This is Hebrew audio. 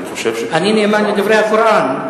אני נאמן לדברי הקוראן.